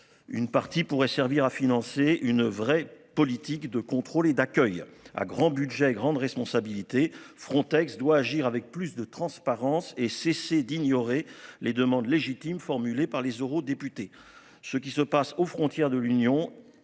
Une partie pourrait servir à financer une vraie politique de contrôle et d'accueil à grand budget grande responsabilité Frontex doit agir avec plus de transparence et cesser d'ignorer les demandes légitimes formulées par les eurodéputés. Ce qui se passe aux frontières de l'Union